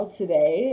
today